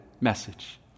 message